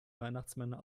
weihnachtsmänner